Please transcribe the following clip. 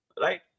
right